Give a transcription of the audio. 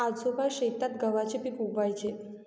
आजोबा शेतात गव्हाचे पीक उगवयाचे